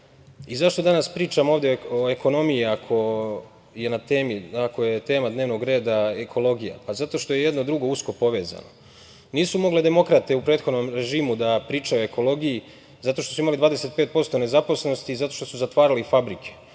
mesta.Zašto danas pričam ovde o ekonomiji ako je na tema dnevnog reda ekologija? Zato što jedno i drugo usko povezano. Nisu mogle demokrate u prethodnom režimu da pričaju o ekologiji zato što su imali 25% nezaposlenosti i zato što su zatvarali fabrike.